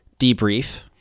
debrief